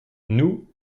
nous